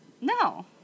No